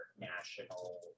national